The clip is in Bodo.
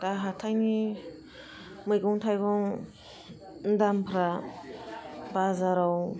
दा हाथायनि मैगं थाइगं दामफ्रा बाजाराव